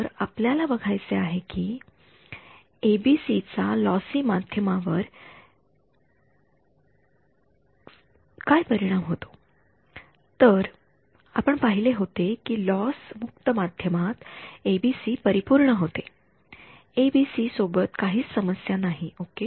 तर आपल्या बघायचे आहे कि एबीसी चा लॉसी माध्यमा वर काय परिणाम होतो आपण पहिले होते कि लॉस मुक्त माध्यमात एबीसी परिपूर्ण होते एबीसी सोबत काहीच समस्या नाही ओके